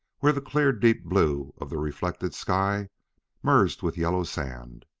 where the clear, deep blue of the reflected sky merged with yellow sand.